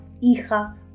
hija